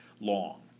long